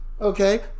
okay